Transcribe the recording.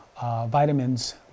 vitamins